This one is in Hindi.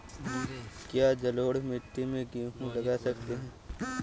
क्या जलोढ़ मिट्टी में गेहूँ लगा सकते हैं?